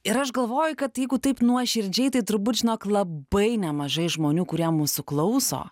ir aš galvoju kad jeigu taip nuoširdžiai tai turbūt žinok labai nemažai žmonių kurie mūsų klauso